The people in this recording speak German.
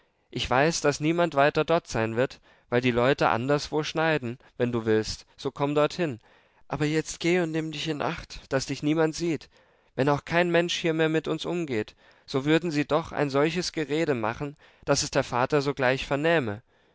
ich weiß daß niemand weiter dort sein wird weil die leute anderswo schneiden wenn du willst so komm dorthin aber jetzt geh und nimm dich in acht daß dich niemand sieht wenn auch kein mensch hier mehr mit uns umgeht so würden sie doch ein solches gerede machen daß es der vater sogleich vernähme